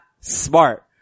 smart